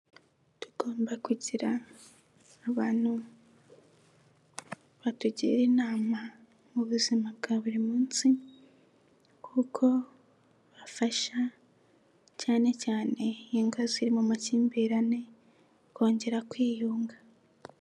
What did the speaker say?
Tugomba kugira abantu batugira inama, mu buzima bwa buri munsi, kuko bafasha cyane cyanega ingo ziri mu makimbirane, kongera kwiyunga.